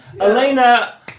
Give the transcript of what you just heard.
Elena